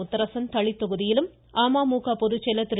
முத்தரசன் தளி தொகுதியிலும் அமமுக பொதுச்செயல் திரு